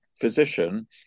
physician